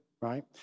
right